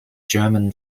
german